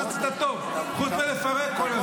מה עשית טוב חוץ מלפרק כל הזמן -- אז